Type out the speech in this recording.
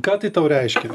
ką tai tau reiškia